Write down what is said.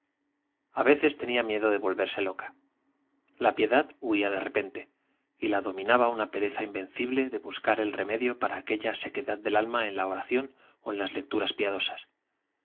a veces tenía miedo de volverse loca la piedad huía de repente y la dominaba una pereza invencible de buscar el remedio para aquella sequedad del alma en la oración o en las lecturas piadosas